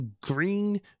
green